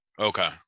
Okay